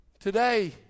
Today